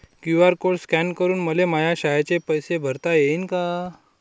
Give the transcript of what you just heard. QR code scan करून मले माया शाळेचे पैसे भरता येईन का?